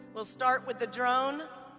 we'll start with the drone,